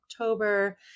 October